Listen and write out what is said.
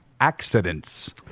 accidents